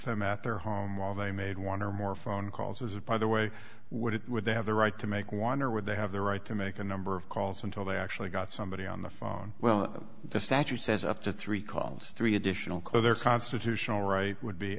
them at their home while they made one or more phone calls or is it by the way would it would they have the right to make one or would they have the right to make a number of calls until they actually got somebody on the phone well the statute says up to three calls three additional clear their constitutional right would be